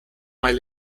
mai